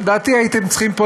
לדעתי, הייתם צריכים להיות פה,